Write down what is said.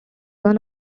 one